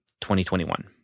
2021